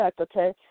okay